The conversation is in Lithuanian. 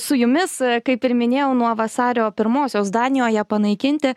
su jumis kaip ir minėjau nuo vasario pirmosios danijoje panaikinti